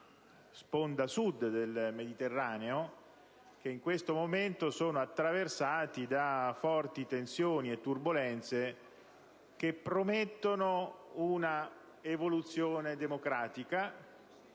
sponda Sud del Mediterraneo, che in questo momento sono attraversati da forti tensioni e turbolenze che promettono un'evoluzione democratica,